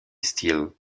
steele